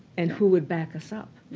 and who would back us up.